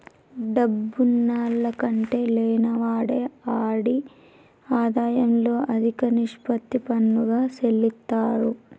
డబ్బున్నాల్ల కంటే లేనివాడే ఆడి ఆదాయంలో అదిక నిష్పత్తి పన్నుగా సెల్లిత్తారు